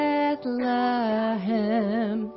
Bethlehem